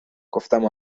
گفتم